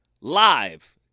live